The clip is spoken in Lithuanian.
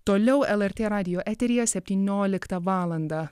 toliau lrt radijo eteryje septyniolikta valandą